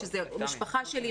שזה משפחה שלי,